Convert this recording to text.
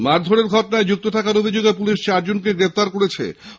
মারধোরের ঘটনায় যুক্ত থাকার অভিযোগে পুলিশ চারজনকে গ্রেফতার করেছে